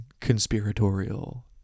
conspiratorial